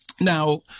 Now